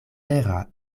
vera